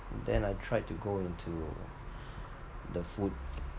then I tried to go into the food